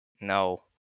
No